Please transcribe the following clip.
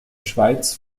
schweiz